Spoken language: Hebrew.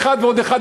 אחד ועוד אחד,